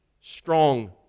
strong